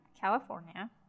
california